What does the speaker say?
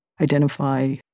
identify